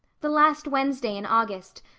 the last wednesday in august.